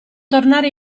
tornare